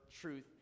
truth